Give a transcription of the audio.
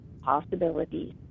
possibilities